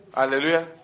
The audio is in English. hallelujah